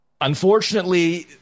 Unfortunately